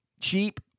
Cheap